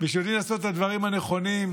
שיודעים לעשות את הדברים הנכונים,